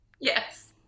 Yes